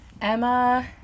emma